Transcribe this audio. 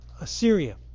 Assyria